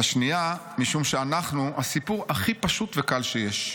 השנייה, משום שאנחנו הסיפור הכי פשוט וקל שיש.